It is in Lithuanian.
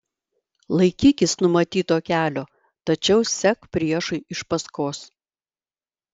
laikykis numatyto kelio tačiau sek priešui iš paskos